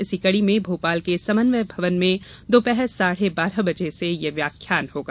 इसी कड़ी में भोपाल के समन्वय भवन में दोपहर साढ़े बारह बजे से ये व्याख्यान होगा